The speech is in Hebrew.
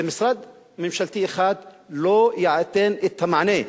משרד ממשלתי אחד לא ייתן את המענה לתופעה.